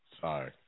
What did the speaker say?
Sorry